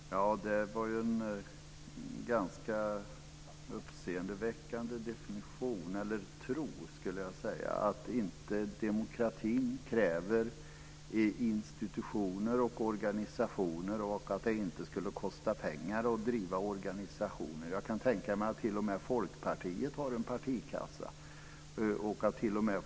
Fru talman! Det var en ganska uppseendeväckande definition - eller tro, skulle jag vilja säga - att demokratin inte kräver institutioner och organisationer och att det inte skulle kosta pengar att driva organisationer. Men jag kan tänka mig att t.o.m. Folkpartiet har en partikassa och att t.o.m.